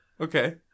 Okay